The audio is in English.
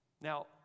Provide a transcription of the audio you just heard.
Now